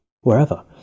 wherever